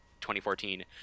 2014